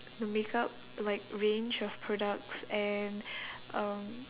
the makeup like range of products and um